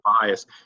bias